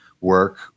work